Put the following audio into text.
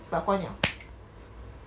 but 关 liao